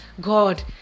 God